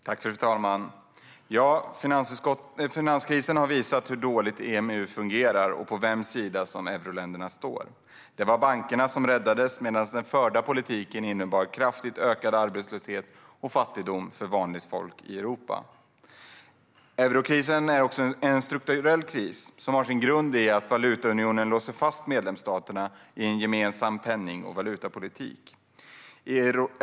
Diskussionsunderlag om en fördjupad ekonomisk och monetär union Fru talman! Finanskrisen har visat hur dåligt EMU fungerar och på vems sida euroländerna står. Det var bankerna som räddades, medan den förda politiken innebar kraftigt ökad arbetslöshet och fattigdom för vanligt folk i Europa. Eurokrisen är en strukturell kris som har sin grund i att valutaunionen låser fast medlemsstaterna i en gemensam penning och valutapolitik.